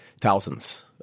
thousands